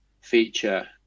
feature